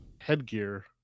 headgear